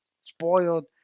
spoiled